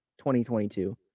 2022